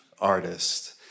artist